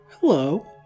hello